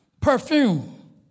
perfume